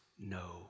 no